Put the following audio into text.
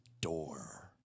door